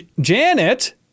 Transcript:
Janet